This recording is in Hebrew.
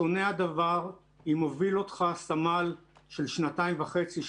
שונה הדבר אם מוביל אותך סמל של שנתיים וחצי,